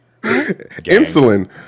Insulin